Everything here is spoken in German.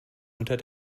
unter